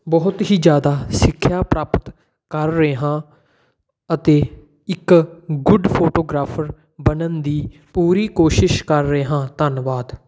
ਬਹੁਤ ਹੀ ਜ਼ਿਆਦਾ ਸਿੱਖਿਆ ਪ੍ਰਾਪਤ ਕਰ ਰਿਹਾਂ ਅਤੇ ਇੱਕ ਗੁੱਡ ਫੋਟੋਗ੍ਰਾਫਰ ਬਣਨ ਦੀ ਪੂਰੀ ਕੋਸ਼ਿਸ਼ ਕਰ ਰਿਹਾਂ ਧੰਨਵਾਦ